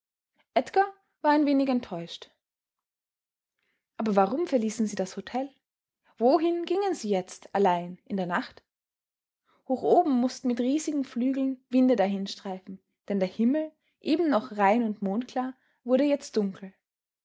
edgar war ein wenig enttäuscht aber warum verließen sie das hotel wohin gingen sie jetzt allein in der nacht hoch oben mußten mit riesigen flügeln winde dahinstreifen denn der himmel eben noch rein und mondklar wurde jetzt dunkel